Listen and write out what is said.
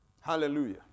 Hallelujah